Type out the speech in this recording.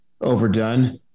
overdone